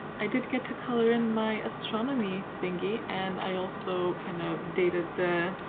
i did get to color in my astronomy thingy and i also kind of updated the.